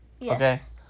Yes